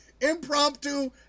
Impromptu